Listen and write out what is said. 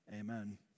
amen